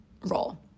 role